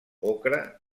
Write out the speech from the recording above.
ocre